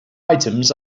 items